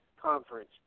Conference